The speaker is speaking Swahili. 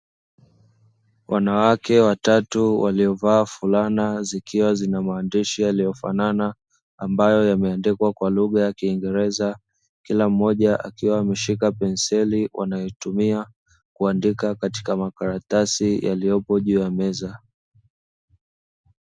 Wanawake watatu waliovaa fulana zikiwa zina maandishi yaliyofanana, ambayo yameandikwa kwa lugha ya kiingereza, kila mmoja akiwa ameshika penseli, wanayoitumia kuandika katika makaratasi yalipo juu ya meza.